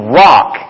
rock